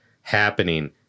happening